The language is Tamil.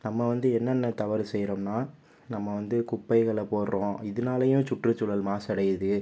நம்ம வந்து என்னென்ன தவறு செய்யுறோம்னா நம்ம வந்து குப்பைகளை போடறோம் இதுனாலையும் சுற்றுசூழல் மாசு அடையுது